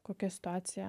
kokia situacija